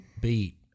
beat